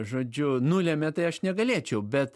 žodžiu nulemia tai aš negalėčiau bet